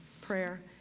prayer